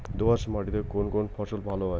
দোঁয়াশ মাটিতে কোন কোন ফসল ভালো হয়?